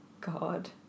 God